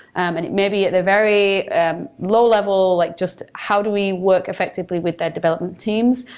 and maybe at the very low level, like just how do we work effectively with their development teams,